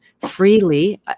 freely